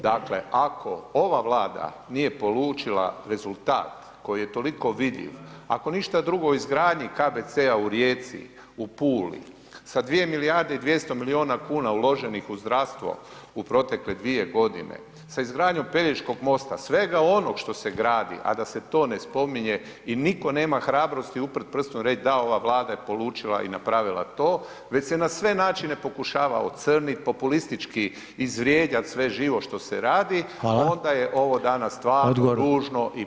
Dakle, ako ova Vlada nije polučila rezultat koji je toliko vidljiv, ako ništa drugo o izgradnji KBC-a u Rijeci, u Puli, sa 2 milijarde i 200 milijuna kuna uloženih u zdravstvo u protekle 2.g., sa izgradnjom Pelješkog mosta, svega onog što se gradi, a da se to ne spominje i nitko nema hrabrosti uprt prstom i reć da ova Vlada je polučila i napravila to, već se na sve načine pokušava ocrnit, populistički izvrijeđat sve živo što se radi [[Upadica: Hvala]] , a onda je ovo danas stvarno [[Upadica: Odgovor…]] ružno i preružno slušati.